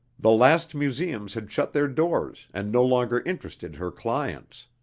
the last museums had shut their doors and no longer interested her clients.